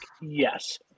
Yes